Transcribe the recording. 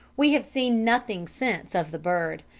we have seen nothing since of the bird,